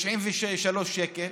93 שקל,